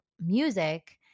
music